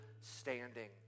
standing